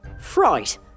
Fright